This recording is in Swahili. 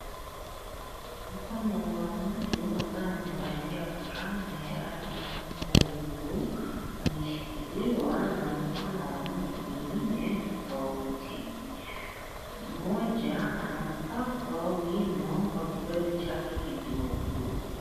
Mkono wa mtu ambaye amevalia fulana ya rangi nyekundu umeshikiliwa na mkono wa mtu mwingine tofauti. Mmoja anapakwa wino kwa kidole chake kidogo.